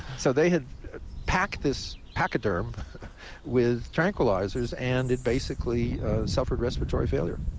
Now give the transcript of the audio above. so they had packed this pachyderm with tranquilizers, and it basically suffered respiratory failure.